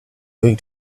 going